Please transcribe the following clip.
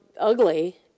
ugly